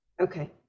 okay